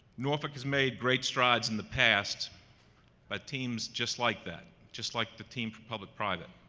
norfolk has made great strides in the past by teams just like that, just like the team for public private,